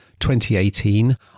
2018